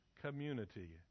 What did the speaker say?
community